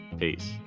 Peace